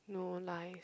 no lies